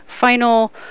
final